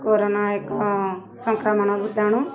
corona ଏକ ସଂକ୍ରମଣ ଭୂତାଣୁ